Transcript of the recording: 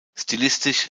stilistisch